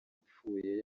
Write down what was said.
ipfuye